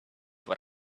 what